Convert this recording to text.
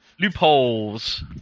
loopholes